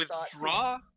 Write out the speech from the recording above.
withdraw